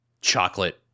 chocolate